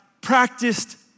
practiced